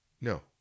No